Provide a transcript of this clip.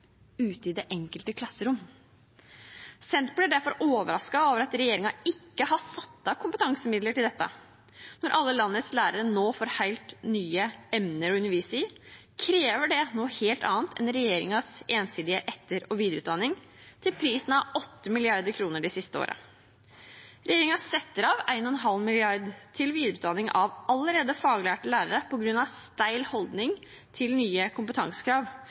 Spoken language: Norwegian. ute i det enkelte klasserom. Senterpartiet er derfor overrasket over at regjeringen ikke har satt av kompetansemidler til dette. Når alle landets lærere nå får helt nye emner å undervise i, krever det noe helt annet enn regjeringens ensidige etter- og videreutdanning til prisen av 8 mrd. kr de siste årene. Regjeringen setter av 1,5 mrd. kr til videreutdanning av allerede faglærte lærere på grunn av steil holdning til nye kompetansekrav,